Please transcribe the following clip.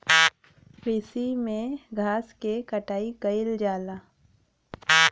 कृषि में घास क कटाई कइल जाला